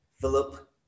Philip